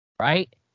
right